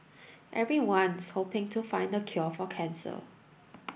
everyone's hoping to find the cure for cancer